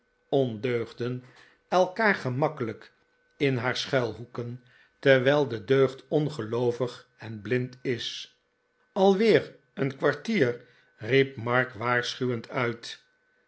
ondeugden elkaar gemakkelijk in haar schuilhoeken terwijl de deugd ongeloovig en blind is alweer een kwartierl riep mark waarschuwend uit